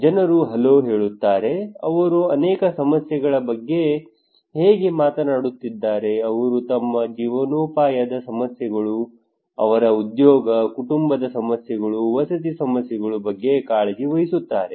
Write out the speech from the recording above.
ಜನರು ಹಲೋ ಹೇಳುತ್ತಾರೆ ಅವರು ಅನೇಕ ಸಮಸ್ಯೆಗಳ ಬಗ್ಗೆ ಹೇಗೆ ಮಾತನಾಡುತ್ತಿದ್ದಾರೆ ಅವರು ತಮ್ಮ ಜೀವನೋಪಾಯದ ಸಮಸ್ಯೆಗಳು ಅವರ ಉದ್ಯೋಗ ಕುಟುಂಬದ ಸಮಸ್ಯೆಗಳು ವಸತಿ ಸಮಸ್ಯೆಗಳ ಬಗ್ಗೆ ಕಾಳಜಿ ವಹಿಸುತ್ತಾರೆ